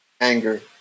anger